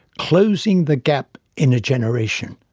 closing the gap in a generation.